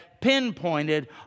pinpointed